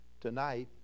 tonight